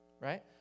Right